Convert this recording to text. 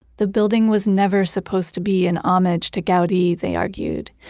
the building was never supposed to be an homage to gaudi they argued.